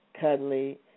cuddly